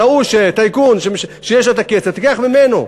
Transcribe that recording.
ההוא, טייקון שיש לו כסף, תיקח ממנו.